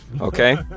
okay